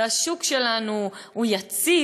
והשוק שלנו הוא יציב,